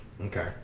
Okay